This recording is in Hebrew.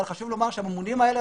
חשוב לומר שהממונים האלה,